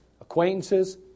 acquaintances